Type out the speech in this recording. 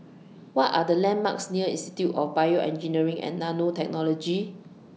What Are The landmarks near Institute of Bioengineering and Nanotechnology